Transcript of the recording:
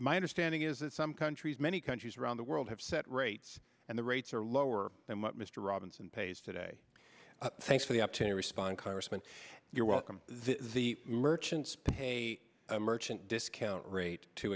my understanding is that some countries many countries around the world have set rates and the rates are lower than what mr robinson pays today thanks for the up to respond congressman you're welcome the merchants pay a merchant discount rate to